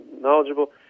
knowledgeable